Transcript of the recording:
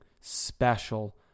special